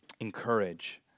Encourage